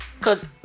Cause